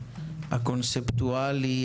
הקונספטואלי,